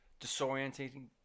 disorientating